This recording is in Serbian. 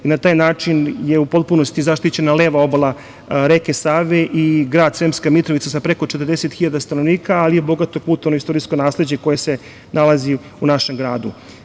Na taj način je u potpunosti zaštićena leva obala reke Save i grad Sremska Mitrovica sa preko 40.000 stanovnika, ali i bogato kulturnoistorijsko nasleđe koje se nalazi u našem gradu.